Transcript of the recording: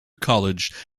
college